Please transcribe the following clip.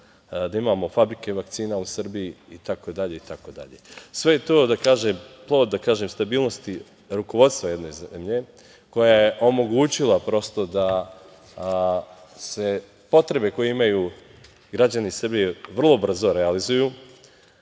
da imamo fabrike vakcina u Srbiji itd, itd. Sve je to plod stabilnosti rukovodstva jedne zemlje, koja je omogućila prosto da se potrebe koje imaju građani Srbije vrlo brzo realizuju,